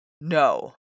no